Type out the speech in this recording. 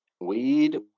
weed